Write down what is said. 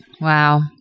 Wow